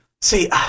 See